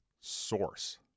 source